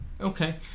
Okay